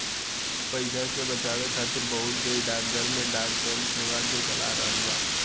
पइसा के बचावे खातिर बहुत देश डाकघर में डाक बैंक सेवा के चला रहल बा